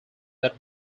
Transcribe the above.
that